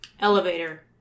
elevator